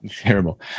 terrible